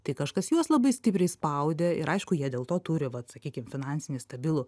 tai kažkas juos labai stipriai spaudė ir aišku jie dėl to turi vat sakykim finansinį stabilų